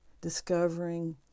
discovering